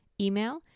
email